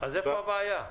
איפה הבעיה?